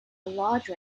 large